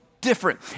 different